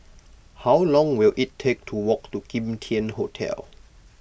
how long will it take to walk to Kim Tian Hotel